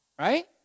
Right